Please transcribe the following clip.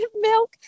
milk